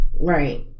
Right